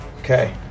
Okay